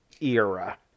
era